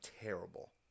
terrible